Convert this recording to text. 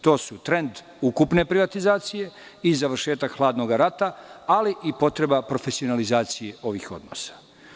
To su: trend ukupne privatizacije i završetak hladnog rata, ali i potreba profesionalizacije ovih odnosa.